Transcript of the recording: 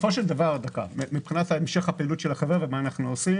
יש לנו שני תקציבים: